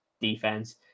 defense